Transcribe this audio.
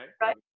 Right